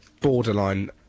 Borderline